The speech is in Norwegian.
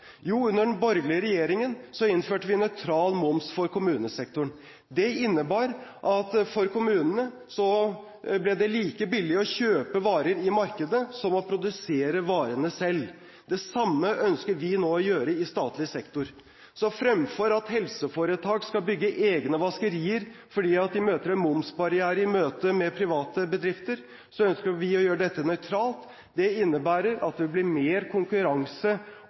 Jo, under den borgerlige regjeringen innførte vi nøytral moms for kommunesektoren. Det innebar at det for kommunene ble like billig å kjøpe varer i markedet som å produsere varene selv. Det samme ønsker vi nå å gjøre i statlig sektor. Så fremfor at helseforetak skal bygge egne vaskerier fordi de møter en momsbarriere i møte med private bedrifter, ønsker vi å gjøre dette nøytralt. Det innebærer at det blir mer konkurranse